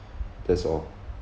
that's all